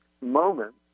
moment